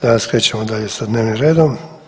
Danas krećemo dalje sa dnevnim redom.